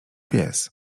pies